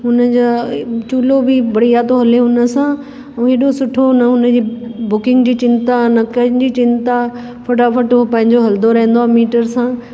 हुन जो चूलो बि बढ़िया थो हले हुन सां ऐं हेॾो सुठो हुन जी बुकिंग जी चिंता न कंहिं जी चिंता फ़टाफ़ट उहो पंहिंजो हलंदो रहंदो आहे मीटर सां